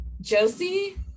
Josie